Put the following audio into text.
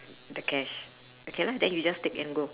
the cash okay lah then you just take and go